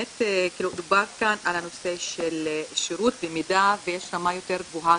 דובר כאן על הנושא של שירות במידה שיש רמה יותר גבוהה